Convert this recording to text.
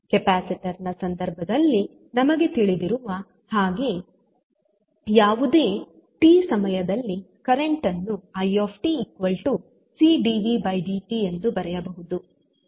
capacitor ನ ಸಂದರ್ಭದಲ್ಲಿ ನಮಗೆ ತಿಳಿದಿರುವ ಹಾಗೆ ಯಾವುದೇ ಟಿ ಸಮಯದಲ್ಲಿ ಕರೆಂಟ್ ಅನ್ನು i Cdvdt ಎಂದು ಬರೆಯಹುದು